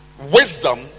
wisdom